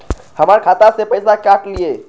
हमर खाता से पैसा काट लिए?